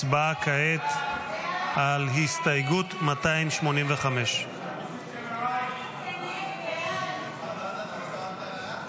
הצבעה כעת על הסתייגות 285. הסתייגות 285 לא נתקבלה.